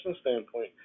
standpoint